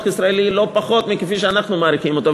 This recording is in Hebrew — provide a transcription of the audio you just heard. הישראלי לא פחות מכפי שאנחנו מעריכים אותו,